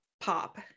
pop